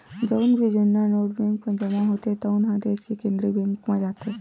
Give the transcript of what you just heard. जउन भी जुन्ना नोट बेंक म जमा होथे तउन ह देस के केंद्रीय बेंक म जाथे